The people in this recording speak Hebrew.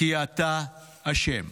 כי אתה אשם.